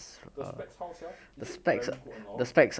the specs how sia is it very good or not ah